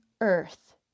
earth